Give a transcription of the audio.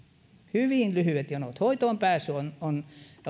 hyvin lyhyet jonot hoitoon pääsy on on